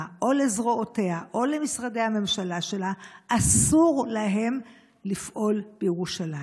או לזרועותיה או למשרדי הממשלה שלה אסור לפעול בירושלים.